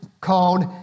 called